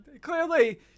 clearly